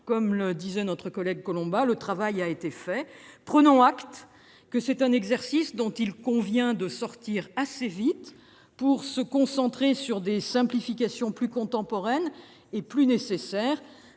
comme le disait notre collègue Collombat, le travail a été fait ... Prenons acte qu'il convient de sortir de cet exercice assez vite pour nous concentrer sur des simplifications plus contemporaines et plus nécessaires